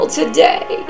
today